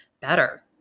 better